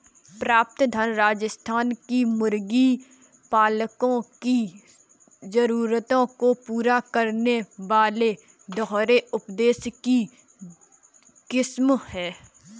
प्रतापधन राजस्थान के मुर्गी पालकों की जरूरतों को पूरा करने वाली दोहरे उद्देश्य की किस्म है